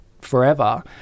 forever